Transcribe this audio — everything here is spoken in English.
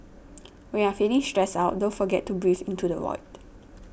when you are feeling stressed out don't forget to breathe into the void